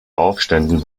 aufständen